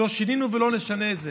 לא שינינו ולא נשנה את זה.